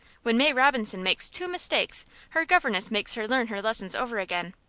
when may robinson makes two mistakes her governess makes her learn her lessons over again.